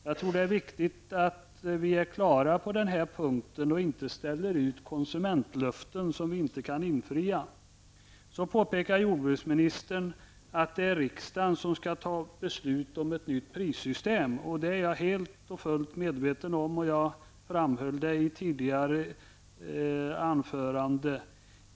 Jag tror att det är viktigt att vi är klara på den här punkten och inte ställer ut löften till konsumenterna som vi inte kan infria. Så påpekar jordbruksministern att det är riksdagen som skall fatta beslut om ett nytt prissystem. Det är jag helt och fullt medveten om, och jag framhöll det i tidigare anförande.